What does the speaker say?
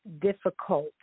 difficult